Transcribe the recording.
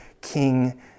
King